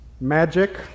magic